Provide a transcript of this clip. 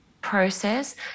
process